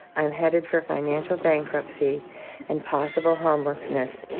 i'm headed for financial bankruptcy and possible homelessness.